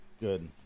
Good